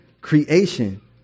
creation